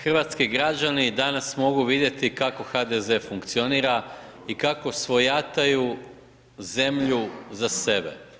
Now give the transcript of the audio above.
Hrvatski građani danas mogu vidjeti kako HDZ funkcionira i kako svojataju zemlju za sebe.